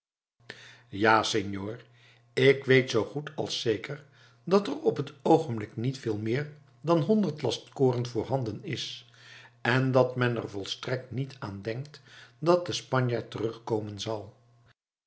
ja senor ik weet zoo goed als zeker dat er op het oogenblik niet veel meer dan honderd last koren voorhanden is en dat men er volstrekt niet aan denkt dat de spanjaard terug komen zal